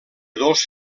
dos